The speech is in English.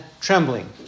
trembling